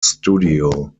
studio